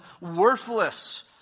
worthless